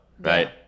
right